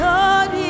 Lord